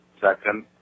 second